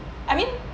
I mean